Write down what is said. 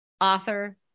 author